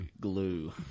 glue